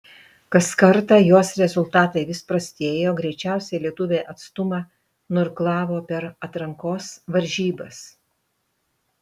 kas kartą jos rezultatai vis prastėjo greičiausiai lietuvė atstumą nuirklavo per atrankos varžybas